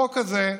החוק הזה,